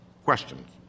questions